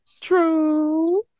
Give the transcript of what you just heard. True